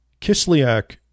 Kislyak